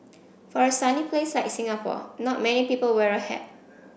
for a sunny place like Singapore not many people wear a hat